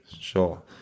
Sure